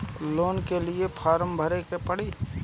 Loan के लिए form भरे के पड़ी?